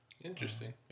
interesting